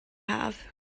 have